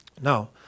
Now